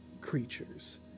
creatures